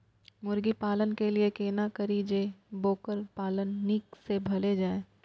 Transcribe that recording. मुर्गी पालन के लिए केना करी जे वोकर पालन नीक से भेल जाय?